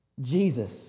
Jesus